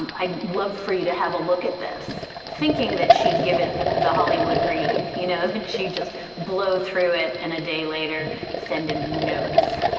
i'd love for you to have a look at this. thinking that she'd give it the hollywood read. hino and but she'd just blow through it. and a day later send him news.